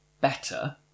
better